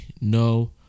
no